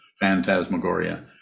phantasmagoria